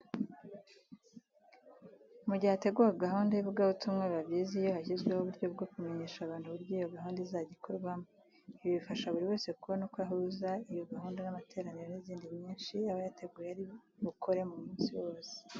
Mu gihe hateguwe gahunda y'ivugabutumwa biba byiza iyo hashyizweho uburyo bwo kumenyesha abantu uburyo iyo gahunda izajya ikorwamo. Ibi bifasha buri wese kubona uko ahuza iyo gahunda y'amateraniro n'izindi nyinshi aba yateguye ari bukora mu munsi wose.